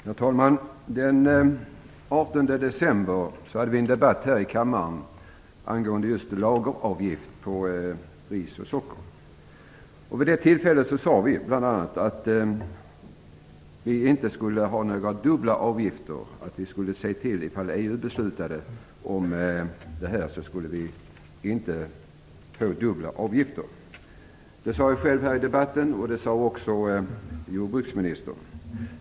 Herr talman! Den 18 december hade vi en debatt här i kammaren angående just lageravgift på ris och socker. Vid det tillfället sade vi bl.a. att vi inte skulle ha dubbla avgifter; om EU beslutade om det här skulle vi se till att inte ha dubbla avgifter. Det sade jag själv i debatten, och det sade också jordbruksministern.